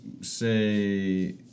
say